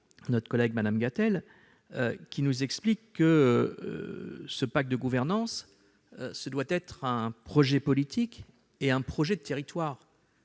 attentivement Mme Gatel, qui nous explique que le pacte de gouvernance devait être un projet politique et un projet de territoire